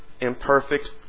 imperfect